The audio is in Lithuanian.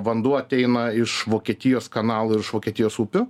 vanduo ateina iš vokietijos kanalų ir iš vokietijos upių